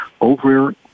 over